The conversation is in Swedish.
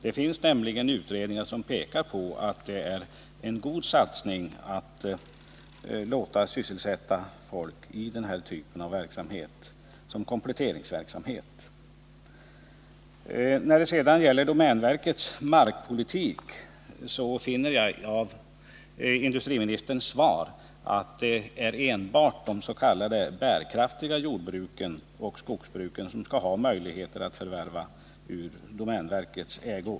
Det finns nämligen utredningar som pekar på att det är en god satsning att låta folk sysselsätta sig med den här typen av verksamhet som kompletteringssysselsättning. När det sedan gäller domänverkets markpolitik finner jag av industriministerns svar att enbart des.k. bärkraftiga jordbruken och skogsbruken skall ha möjlighet att förvärva mark av domänverket.